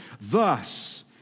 Thus